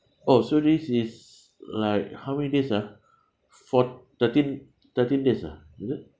oh so this is like how many days ah four thirteen thirteen days ah is it